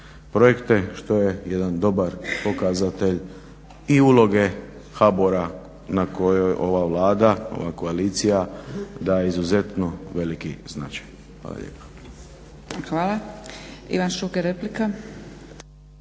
projekte što je jedan dobar pokazatelj i uloge HABOR-a na kojoj ova Vlada, ova koalicija daje izuzetno veliki značaj. Hvala lijepa. **Zgrebec, Dragica